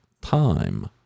time